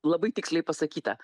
labai tiksliai pasakyta